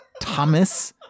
Thomas –